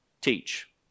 teach